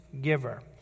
giver